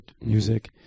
music